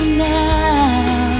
now